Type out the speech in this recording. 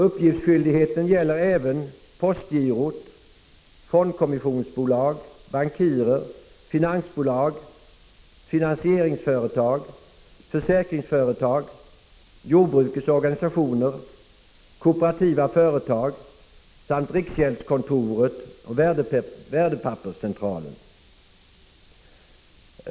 Uppgiftsskyldigheten gäller även postgirot, fondkommissionsbolag, bankirer, finansbolag, finansieringsföretag, försäkringsföretag, jordbrukets organisationer, kooperativa företag samt riksgäldskontoret och värdepapperscentralen.